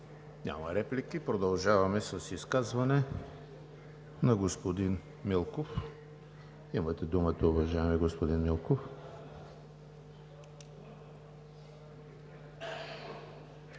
Няма. Продължаваме с изказване на господин Милков – имате думата, уважаеми господин Милков.